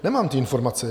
Nemám ty informace.